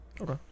Okay